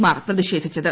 Mar പ്രതിഷേധിച്ചത്